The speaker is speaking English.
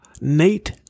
Nate